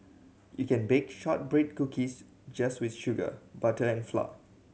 you can bake shortbread cookies just with sugar butter and flour